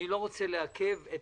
אני לא רוצה לעכב את